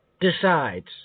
decides